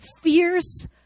fierce